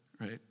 right